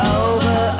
over